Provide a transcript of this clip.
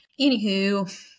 anywho